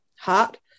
heart